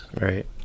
Right